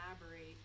elaborate